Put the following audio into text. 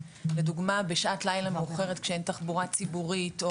לדוגמה בשעת לילה מאוחרת כשאין תחבורה ציבורית,